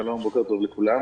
שלום, בוקר טוב לכולם.